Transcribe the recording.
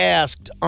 asked